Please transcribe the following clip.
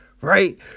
right